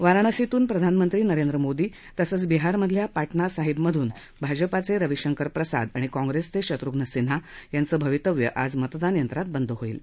वाराणसीतून प्रधानमंत्री नरेंद्र मोदी तसंच बिहारमधल्या पाटणासाहिबमधून भाजपाचे रविशंकर प्रसाद आणि काँप्रेसचे शत्रूध्न सिंन्हा यांचं भवितव्य आज मतदानयंत्रात बद होईल